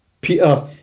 Peter